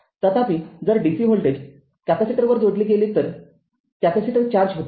तथापि जर dc voltage कॅपेसिटरवर जोडले गेले तर कॅपेसिटर चार्ज होतो